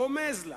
רומז לה,